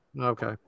Okay